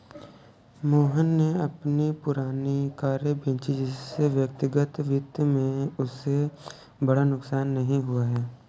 मोहन ने अपनी पुरानी कारें बेची जिससे व्यक्तिगत वित्त में उसे बड़ा नुकसान नहीं हुआ है